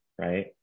right